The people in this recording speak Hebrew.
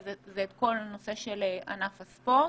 את כל נושא ענף הספורט.